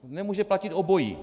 Nemůže platit obojí.